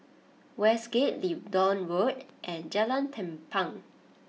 Westgate Leedon Road and Jalan Tampang